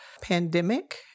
pandemic